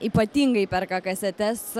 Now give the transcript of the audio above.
ypatingai perka kasetes